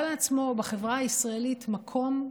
הוא עשה לעצמו בחברה הישראלית מקום,